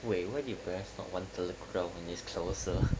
wait why your parents not want telok kurau when it's closer